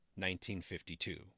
1952